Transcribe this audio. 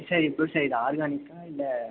sir இப்போ sir இது ஆர்கானிக்காக இல்லை